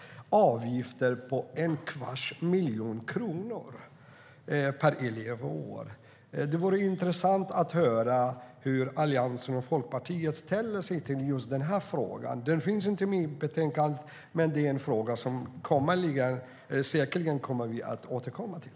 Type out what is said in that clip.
Det är avgifter på en kvarts miljon kronor per elev och år. Det vore intressant att höra hur Alliansen och Folkpartiet ställer sig till den frågan. Den tas inte upp i betänkandet, men det är en fråga som vi säkerligen kommer att återkomma till.